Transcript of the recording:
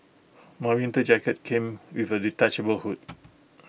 my winter jacket came with A detachable hood